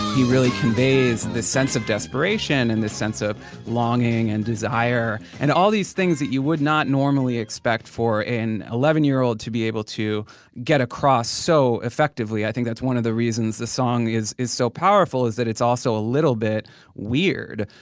really conveys this sense of desperation and this sense of longing and desire and all these things that you would not normally expect for an eleven year old to be able to get across so effectively i think that's one of the reasons the song is is so powerful is that it's also a little bit weird.